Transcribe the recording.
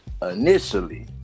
Initially